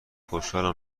خوشحالم